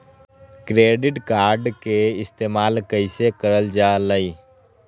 Credit card के इस्तेमाल कईसे करल जा लई?